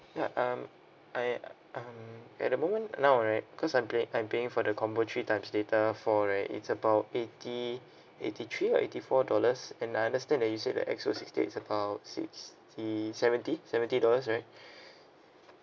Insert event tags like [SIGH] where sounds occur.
ya um I um at the moment now right because I'm plan I'm planning for the combo three times data four right it's about eighty eighty three or eighty four dollars and I understand that you said like X_O sixty eight is about sixty seventy seventy dollars right [BREATH]